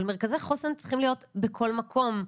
אבל מרכזי חוסן צריכים להיות בכל מקום,